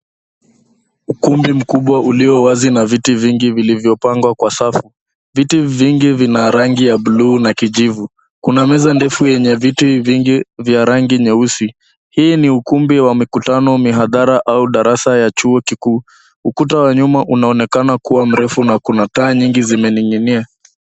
Ukumbi mkubwa ulio wazi na viti vingi vilivyopangwa kwa safu. Viti vingi vina rangi ya bluu na kijivu. Kuna meza ndefu yenye viti vingi vya rangi nyeusi. Hii ni ukumbi wa mikutano, mihadhara au darasa ya chuo kikuu. Ukuta wa nyuma unaonekana kuwa mrefu na taa nyingi zimening'inia.